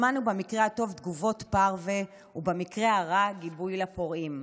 שמענו במקרה הטוב תגובות פרווה ובמקרה הרע גיבוי לפורעים.